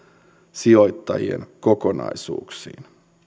sijoittajien kokonaisuuksiin